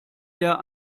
der